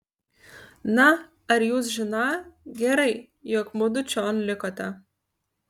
na ar jūs žiną gerai jog mudu čion likote